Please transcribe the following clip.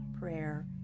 prayer